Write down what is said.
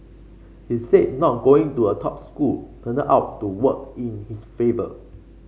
he said not going to a top school turned out to work in his favour